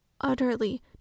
utterly